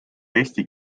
eesti